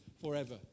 forever